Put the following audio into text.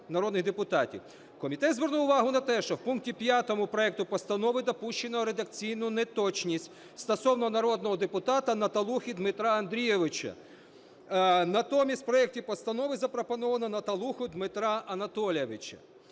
Комітет звернув увагу на те, що у пункті 5 проекту постанови допущено редакційну неточність стосовно народного депутата Наталухи Дмитра Андрійовича, натомість у проекті постанови запропоновано Наталуху Дмитра Анатолійовича.